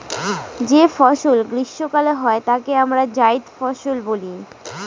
যে ফসল গ্রীস্মকালে হয় তাকে আমরা জাইদ ফসল বলি